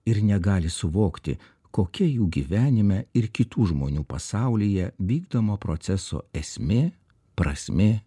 ir negali suvokti kokia jų gyvenime ir kitų žmonių pasaulyje vykdomo proceso esmė prasmė